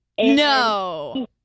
No